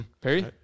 Perry